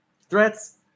Threats